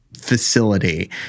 facility